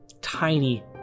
tiny